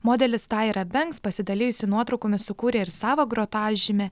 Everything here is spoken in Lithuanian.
modelis taira benks pasidalijusi nuotraukomis sukūrė ir savo grotažymę